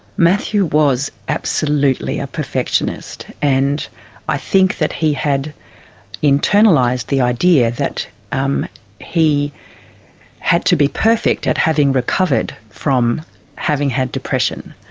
matthew was absolutely a perfectionist, and i think that he had internalised the idea that um he had to be perfect at having recovered from having had depression.